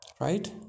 right